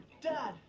Dad